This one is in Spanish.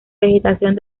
vegetación